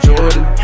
Jordan